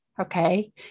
Okay